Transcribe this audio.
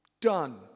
Done